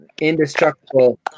indestructible